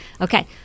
okay